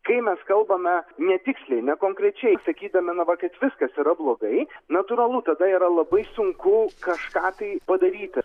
kai mes kalbame netiksliai nekonkrečiai sakydami na va kaip viskas yra blogai natūralu tada yra labai sunku kažką tai padaryti